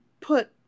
put